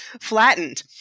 flattened